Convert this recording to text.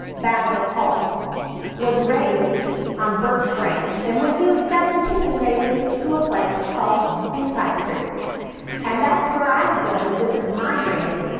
basil hall was raised on burke's branch. and when he was seventeen they moved to a place called beefhide creek and that's where i would go to visit my granny,